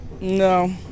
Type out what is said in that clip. No